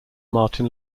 martin